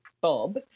Bob